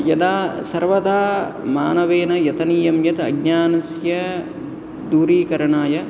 यदा सर्वदा मानवेन यतनीयं यत् अज्ञानस्य दूरीकरणाय